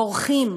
בורחים,